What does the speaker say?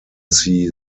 see